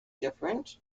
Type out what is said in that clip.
different